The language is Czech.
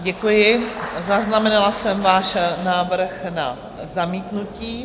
Děkuji, zaznamenala jsem váš návrh na zamítnutí.